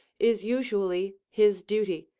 is usually his duty,